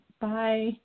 Bye